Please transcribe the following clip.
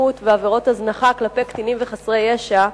אלימות ועבירות הזנחה כלפי קטינים וחסרי ישע,